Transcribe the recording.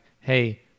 hey